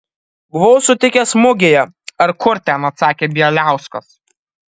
buvau sutikęs mugėje ar kur ten atsakė bieliauskas